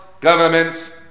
governments